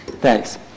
Thanks